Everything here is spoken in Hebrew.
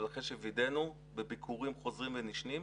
אבל אחרי שווידאנו בביקורים חוזרים ונשנים.